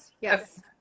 Yes